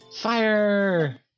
Fire